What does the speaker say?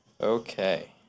Okay